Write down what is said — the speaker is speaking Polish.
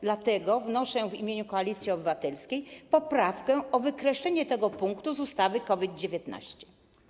Dlatego wnoszę w imieniu Koalicji Obywatelskiej poprawkę dotyczącą wykreślenia tego punktu z ustawy o COVID-19.